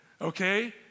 Okay